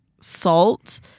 salt